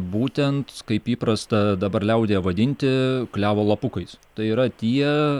būtent kaip įprasta dabar liaudyje vadinti klevo lapukais tai yra tie